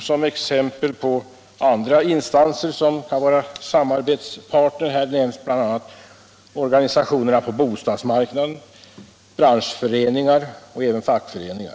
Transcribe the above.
Som exempel på andra instanser som här kan vara samarbetspartner nämns organisationerna på bostadsmarknaden, branschföreningar och även fackföreningar.